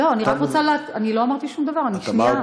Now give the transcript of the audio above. אני לא אמרתי שום דבר, שנייה.